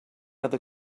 other